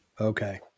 Okay